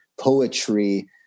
poetry